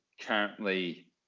currently